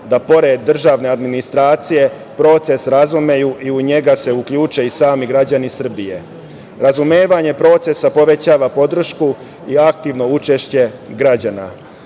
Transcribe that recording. da pored državne administracije proces razumeju i u njega se uključe sami građani Srbije. Razumevanje procesa povećava podršku i aktivno učešće građana.